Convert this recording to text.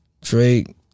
Drake